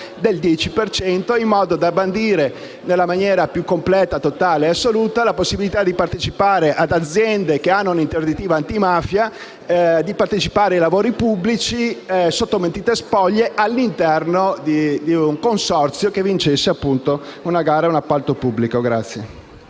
antimafia, in modo da bandire nella maniera più completa, totale e assoluta la possibilità, per le aziende che hanno un'interdittiva antimafia, di partecipare ai lavori pubblici sotto mentite spoglie, all'interno di un consorzio che vincesse una gara o un appalto pubblico.